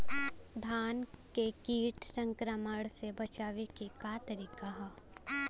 धान के कीट संक्रमण से बचावे क का तरीका ह?